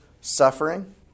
suffering